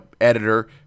editor